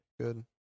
Good